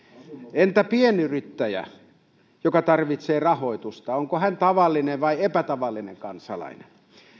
entä pienyrittäjä joka tarvitsee rahoitusta onko hän tavallinen vai epätavallinen kansalainen